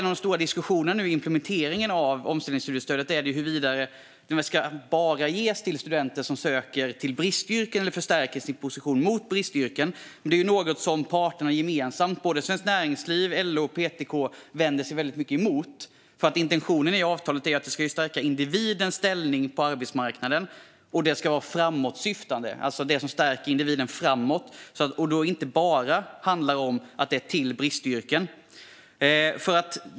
En av de stora diskussionerna när det gäller implementeringen av omställningsstudiestödet har varit huruvida det bara ska ges till studenter som söker sig till bristyrken eller som förstärker sin position mot bristyrken. Detta är något som parterna - Svenskt Näringsliv, LO och PTK - gemensamt vänder sig emot eftersom intentionen i avtalet är att det ska stärka individens ställning på arbetsmarknaden. Det ska också vara framåtsyftande och något som stärker individen framåt och alltså inte bara handla om att söka sig till bristyrken.